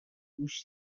گوش